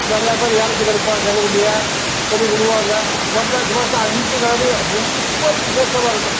நிறைய பேரு ஏலத்துக்கு எடுப்பாங்கள் கண்ணுக்குட்டியை கொண்டு விடுவாங்க புரட்டாசி மாதம் அஞ்சு கிழமையும் ரொம்ப விசேஷமாக இருக்கும்